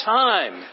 time